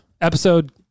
episode